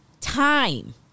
time